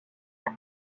les